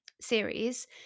series